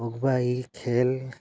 এই খেল